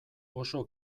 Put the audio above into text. oso